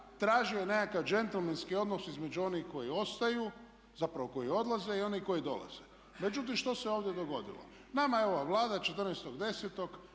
tražen je nekakav džentlmenski odnos između onih koji odlaze i onih koji dolaze. Međutim, što se ovdje dogodilo? Nama je ova Vlada 14.10.